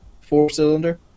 four-cylinder